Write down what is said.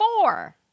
four